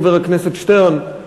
חבר הכנסת שטרן?